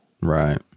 Right